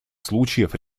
случаев